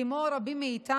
כמו רבים מאיתנו,